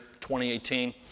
2018